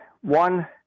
one